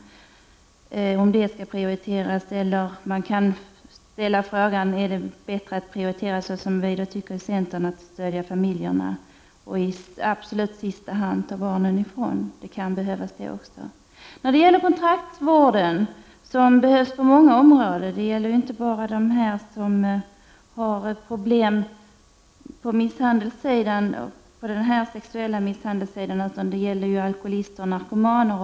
Skall detta prioriteras, eller är det bättre att prioritera, vilket vi anser i centern, att stödja familjerna och att i absolut sista hand ta barnen ifrån familjen, vilket ibland kan behövas? Kontraktsvården behövs inom många områden och inte bara vid fall av sexuell misshandel, utan det gäller också alkoholister och narkomaner.